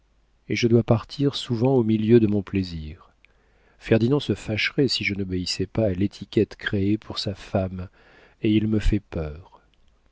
et je dois partir souvent au milieu de mon plaisir ferdinand se fâcherait si je n'obéissais pas à l'étiquette créée pour sa femme et il me fait peur